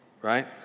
Right